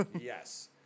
Yes